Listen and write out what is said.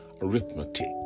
Arithmetic